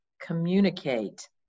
communicate